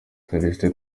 celestin